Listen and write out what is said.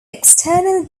external